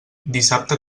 dissabte